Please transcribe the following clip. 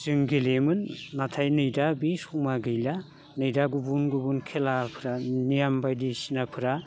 जों गेलेयोमोन नाथाय नै दा बे समा गैला नै दा गुबुन गुबुन खेलाफ्रा नेम बायदि सिनाफ्रा